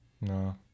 No